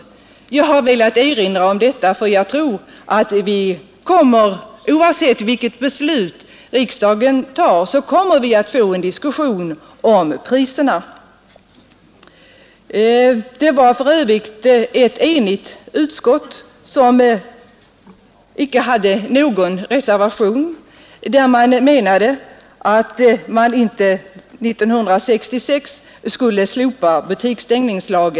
Jag har velat erinra om detta därför att jag tror att vi — oavsett vilket beslut riksdagen tar — kommer att få en diskussion om priserna. Utskottet var för övrigt enigt och ansåg att butiksstängningslagen skulle ersättas med en friare reglering i en affärstidslag.